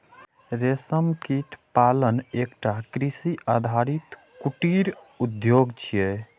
रेशम कीट पालन एकटा कृषि आधारित कुटीर उद्योग छियै